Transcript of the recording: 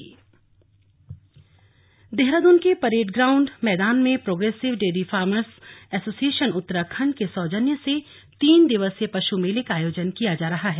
slug पश् मेला देहरादून के परेड ग्राउंड मैदान में progressive dairy farmers association Uttarakhand के सौजन्य से तीन दिवसीय पशु मेले का आयोजन किया जा रहा है